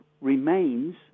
remains